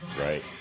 Right